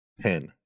pen